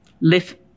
live